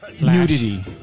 nudity